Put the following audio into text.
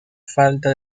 falta